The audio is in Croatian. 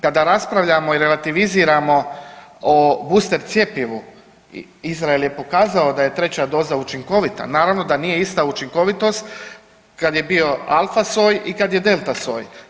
Kada raspravljamo i relativiziramo o booster cjepivu Izrael je pokazao da je treća doza učinkovita, naravno da nije ista učinkovitost kad je bio alfa soj i kad je delta soj.